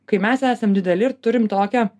kai mes esam dideli ir turim tokią